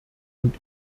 und